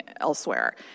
elsewhere